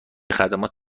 خدمات